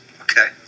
Okay